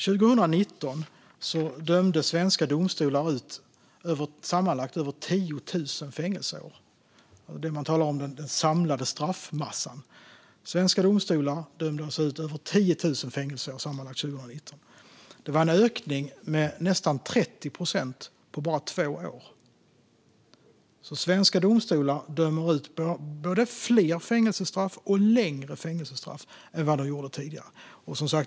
År 2019 dömde svenska domstolar ut sammanlagt över 10 000 fängelseår. Man talar om den samlade straffmassan. Svenska domstolar dömde alltså sammanlagt ut över 10 000 fängelseår 2019, vilket var en ökning med nästan 30 procent på bara två år. Svenska domstolar dömer alltså ut både fler och längre fängelsestraff än vad de gjorde tidigare.